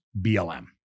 BLM